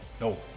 No